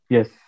Yes